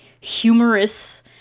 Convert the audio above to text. humorous